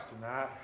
tonight